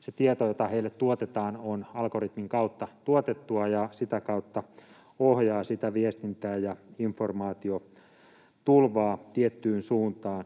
se tieto, jota heille tuotetaan, on algoritmin kautta tuotettua ja sitä kautta ohjaa sitä viestintää ja informaatiotulvaa tiettyyn suuntaan.